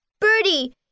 Birdie